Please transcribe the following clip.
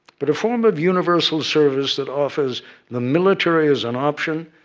but a form of universal service that offers the military as an option,